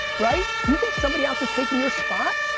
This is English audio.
right? you think somebody else is taking your spot?